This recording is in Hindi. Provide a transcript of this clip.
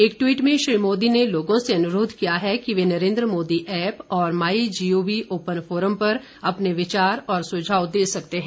एक ट्वीट में श्री मोदी ने लोगों से अनुरोध किया है कि वे नरेन्द्र मोदी ऐप और my G O V open forum पर अपने विचार और सुझाव दे सकते हैं